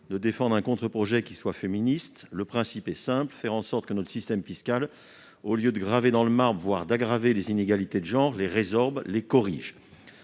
de défendre un contre-projet qui se veut féministe. Le principe en est simple : faire en sorte que notre système fiscal, au lieu de graver dans le marbre, voire d'aggraver, les inégalités de genre, les résorbe et les corrige.